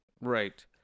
Right